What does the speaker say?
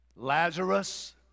Lazarus